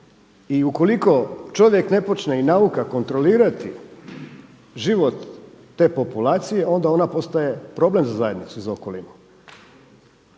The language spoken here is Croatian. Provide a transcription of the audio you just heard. I ukoliko čovjek ne počne i nauka kontrolirati život te populacije onda ona postaje problem za zajednicu i za okolinu.